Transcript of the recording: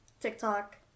TikTok